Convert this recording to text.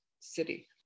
city